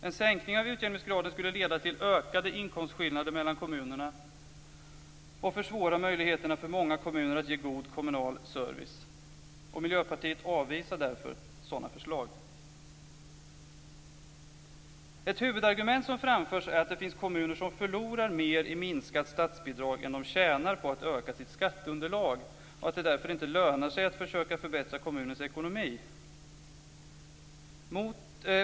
En sänkning av utjämningsgraden skulle leda till ökade inkomstskillnader mellan kommunerna och försvåra möjligheterna för många kommuner att ge god kommunal service. Miljöpartiet avvisar därför sådana förslag. Ett huvudargument som framförts är att det finns kommuner som förlorar mer i minskat statsbidrag än de tjänar på att öka sitt skatteunderlag. Därför lönar det sig inte att försöka förbättra kommunens ekonomi.